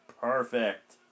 Perfect